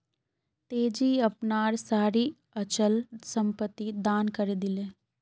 तेजी अपनार सारी अचल संपत्ति दान करे दिले